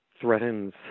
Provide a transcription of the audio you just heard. threatens